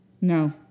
No